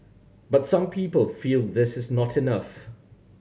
but some people feel this is not enough